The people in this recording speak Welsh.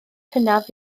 hynaf